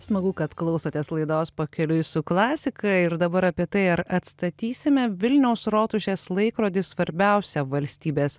smagu kad klausotės laidos pakeliui su klasika ir dabar apie tai ar atstatysime vilniaus rotušės laikrodį svarbiausią valstybės